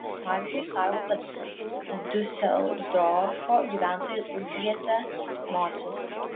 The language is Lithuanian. pavyzdžiui sako kad diuseldorfo gyventojai užrietę nosis